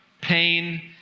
pain